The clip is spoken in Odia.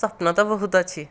ସ୍ୱପ୍ନ ତ ବହୁତ ଅଛି